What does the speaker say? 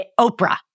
Oprah